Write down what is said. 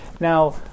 Now